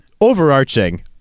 overarching